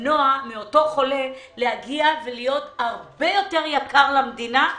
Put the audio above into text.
למנוע מאותו חולה להיות הרבה יותר יקר למדינה,